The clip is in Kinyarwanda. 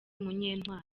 munyentwali